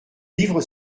livre